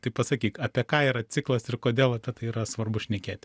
tai pasakyk apie ką yra ciklas ir kodėl apie tai yra svarbu šnekėti